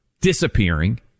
disappearing